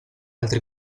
altri